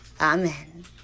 Amen